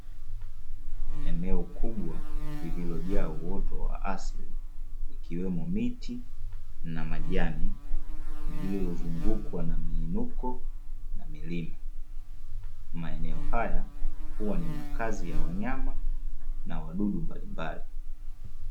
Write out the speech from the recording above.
Eneo kubwa, lililojaa uoto wa asili ikiwemo miti na majani, lililozungukwa na miinuko, na milima. Maeneo haya huwa ni makazi ya wanyama, na wadudu mbalimbali.